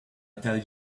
tell